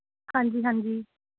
ਹਾਂਜੀ ਹਾਂਜੀ